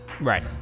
Right